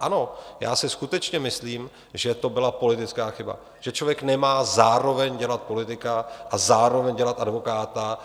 Ano, já si skutečně myslím, že to byla politická chyba, že člověk nemá zároveň dělat politika a zároveň dělat advokáta